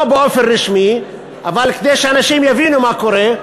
לא באופן רשמי אבל כדי שאנשים יבינו מה קורה,